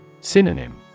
Synonym